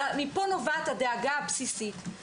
מפה נובעת הדאגה הבסיסית.